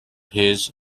his